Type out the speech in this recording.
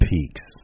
Peaks